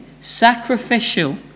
sacrificial